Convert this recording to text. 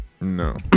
No